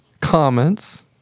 comments